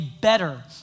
better